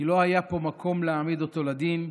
כי לא היה פה מקום להעמיד אותו לדין,